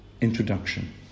Introduction